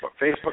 Facebook